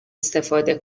استفاده